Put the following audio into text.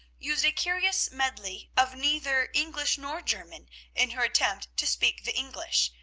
used a curious medley of neither english nor german in her attempt to speak the english,